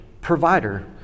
provider